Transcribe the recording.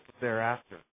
thereafter